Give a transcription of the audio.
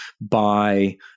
by-